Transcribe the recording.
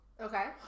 Okay